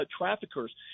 traffickers